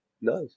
nice